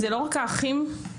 זה לא רק האחים השכולים,